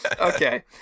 Okay